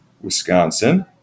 Wisconsin